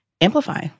amplify